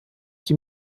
die